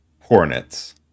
Hornets